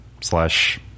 slash